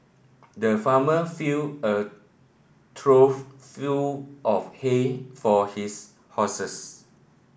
the farmer filled a trough full of hay for his horses